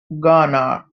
ghana